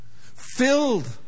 Filled